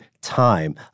time